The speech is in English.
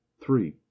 Three